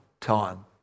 time